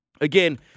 Again